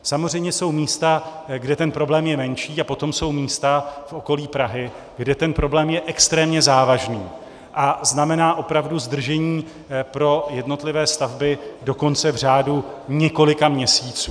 Samozřejmě jsou místa, kde ten problém je menší, a potom jsou místa v okolí Prahy, kde ten problém je extrémně závažný a znamená opravdu zdržení pro jednotlivé stavby dokonce v řádu několika měsíců.